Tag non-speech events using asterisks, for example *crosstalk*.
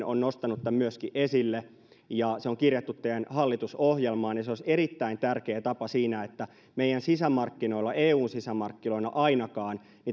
*unintelligible* on nostanut tämän esille ja se on kirjattu teidän hallitusohjelmaanne se olisi erittäin tärkeä tapa siinä että meidän sisämarkkinoillamme eun sisämarkkinoilla ainakaan